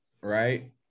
right